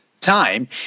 time